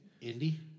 Indy